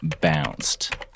bounced